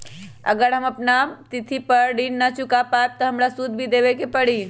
अगर हम अपना तिथि पर ऋण न चुका पायेबे त हमरा सूद भी देबे के परि?